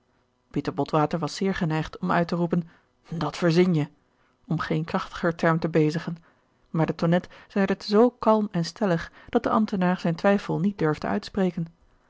pieter botwater was zeer geneigd om uit te roepen dat verzin je om geen krachtiger term te bezigen maar de tonnette zeide het zoo kalm en stellig dat de ambtenaar zijn twijfel niet durfde uitspreken